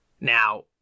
Now